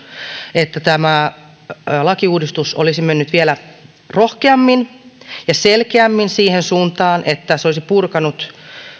että tämä lakiuudistus olisi mennyt vielä rohkeammin ja selkeämmin siihen suuntaan että se olisi purkanut